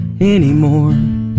anymore